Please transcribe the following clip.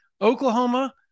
Oklahoma